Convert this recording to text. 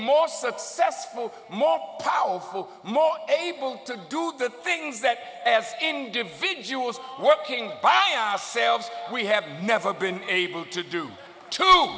successful more powerful more able to do the things that as individuals working by ourselves we have never been able to do to